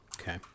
Okay